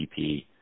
GDP